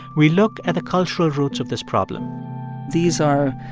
we look at the cultural roots of this problem these are,